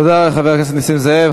תודה לחבר הכנסת נסים זאב.